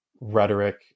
rhetoric